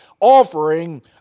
offering